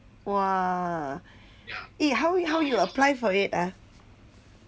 !wah! eh how you how you apply for it ah